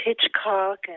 Hitchcock